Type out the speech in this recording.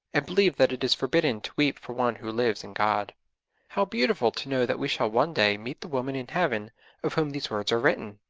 and believe that it is forbidden to weep for one who lives in god how beautiful to know that we shall one day meet the woman in heaven of whom these words are written!